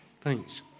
Thanks